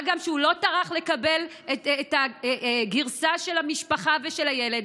מה גם שהוא לא טרח לקבל את הגרסה של המשפחה ושל הילד.